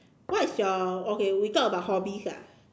what is your okay we talk about hobbies ah